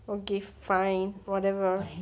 okay fine whatever